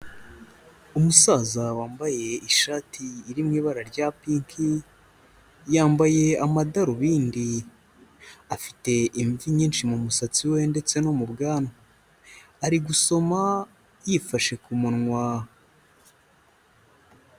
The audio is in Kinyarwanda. Umusaza wambaye ishati iri mu ibara rya pinki, yambaye amadarubindi, afite imvi nyinshi mu musatsi we ndetse no mu bwanwa. Ari gusoma yifashe ku munwa.